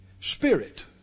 Spirit